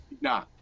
Nah